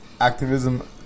activism